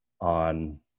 on